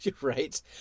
Right